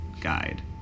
guide